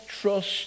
trust